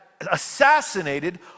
assassinated